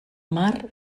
mar